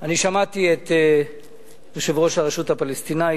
אני שמעתי את יושב-ראש הרשות הפלסטינית.